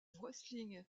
wrestling